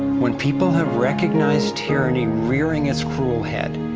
when people have recognized tyranny rearing its cruel head,